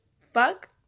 fuck